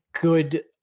good